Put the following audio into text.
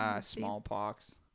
smallpox